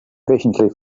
patiently